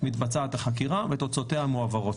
מתבצעת החקירה ותוצאותיה מועברות.